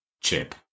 Chip